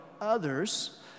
others